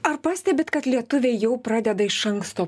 ar pastebit kad lietuviai jau pradeda iš anksto